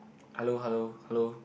hello hello hello